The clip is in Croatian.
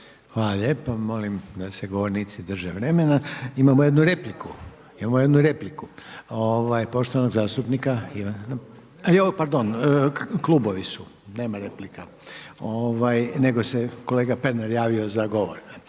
Hvala lijepo. Molim da se govornici drže vremena. Imamo jednu repliku. Imamo jednu repliku poštovanog zastupnika Ivana. Ajoj, pardon. Nema replika, nego se kolega Pernar javio za govor.